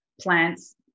plants